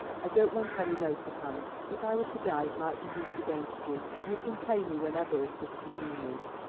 i don't want any note of hand. if i were to die it might be used against you. you can pay me whenever it is convenient.